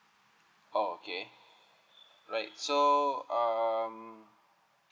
oh okay right so um